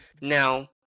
Now